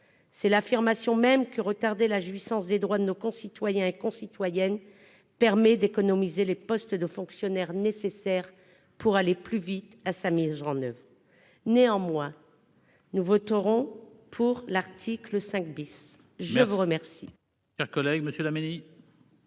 C'est l'affirmation même que retarder la jouissance des droits de nos concitoyens et concitoyennes permet d'économiser les postes de fonctionnaires nécessaires pour accélérer cette mise en oeuvre. Néanmoins, nous voterons l'article 5 . La parole